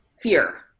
fear